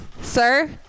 sir